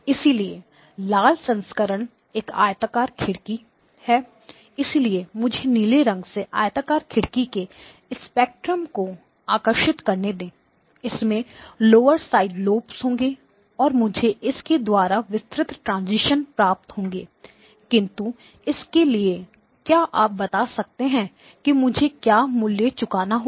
इसलिए लाल संस्करण एक आयताकार खिड़की है इसलिए मुझे नीले रंग में आयताकार खिड़की के स्पेक्ट्रम को आकर्षित करने दें इसमें लोअर साइड लॉब्स होंगे और मुझे इस के द्वारा विस्तृत ट्रांजिशन wider transition प्राप्त होगा किंतु इसके लिए क्या आप बता सकते हैं कि मुझे क्या मूल्य चुकाना होगा